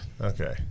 Okay